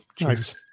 Nice